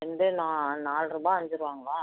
cent நா நாலு ரூபா அஞ்சு ரூவாங்களா